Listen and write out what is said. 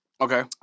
Okay